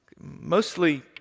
Mostly